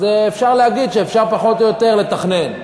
אז אפשר להגיד שאפשר פחות או יותר לתכנן.